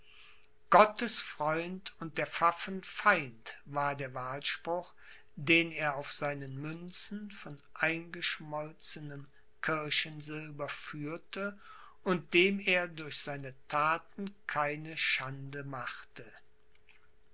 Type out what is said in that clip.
freund und der pfaffen feind war der wahlspruch den er auf seinen münzen von eingeschmolzenem kirchensilber führte und dem er durch seine thaten keine schande machte